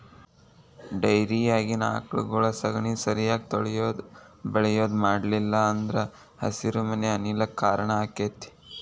ಡೈರಿಯಾಗಿನ ಆಕಳಗೊಳ ಸಗಣಿ ಸರಿಯಾಗಿ ತೊಳಿಯುದು ಬಳಿಯುದು ಮಾಡ್ಲಿಲ್ಲ ಅಂದ್ರ ಹಸಿರುಮನೆ ಅನಿಲ ಕ್ಕ್ ಕಾರಣ ಆಕ್ಕೆತಿ